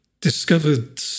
discovered